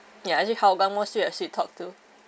ya actually Hougang mostly has Sweet Talk too